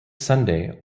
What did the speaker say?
sunday